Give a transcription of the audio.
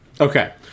Okay